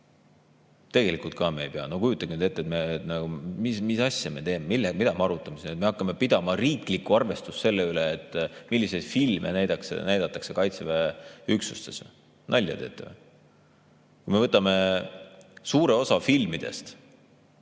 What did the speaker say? Tegelikult ka me ei pea! No kujutage nüüd ette, mis asja me teeme! Mida me arutame?! Et me hakkame pidama riiklikku arvestust selle üle, milliseid filme näidatakse Kaitseväe üksustes? Nalja teete?! Kui me võtame suure osa filmidest,